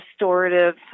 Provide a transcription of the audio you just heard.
restorative